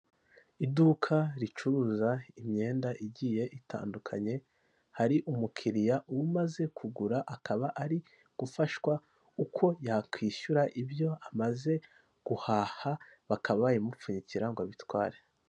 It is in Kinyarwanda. Iduka ricuruza imyenda igiye itandukanye, hari umukiriya umaze kugura akaba ari gufashwa uko yakwishyura ibyo amaze guhaha, bakaba babimupfunyikira ngo abitware.